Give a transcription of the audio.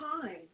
time